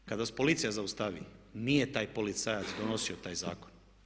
Kad vas policija zaustavi nije taj policajac donosio taj zakon.